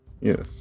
yes